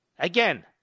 Again